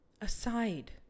aside